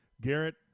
Garrett